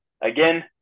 again